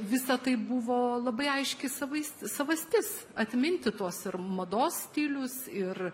visa tai buvo labai aiški savais savastis atminti tuos ir mados stilius ir